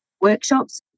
workshops